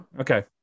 okay